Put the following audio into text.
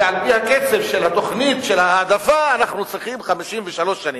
ועל-פי הקצב של תוכנית ההעדפה אנחנו צריכים 53 שנים.